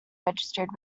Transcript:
registered